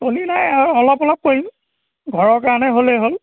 কলি নাই আৰু অলপ অলপ কৰিম ঘৰৰ কাৰণে হ'লেই হ'ল